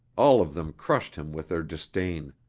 all of them crushed him with their disdain.